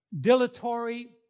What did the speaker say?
dilatory